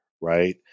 right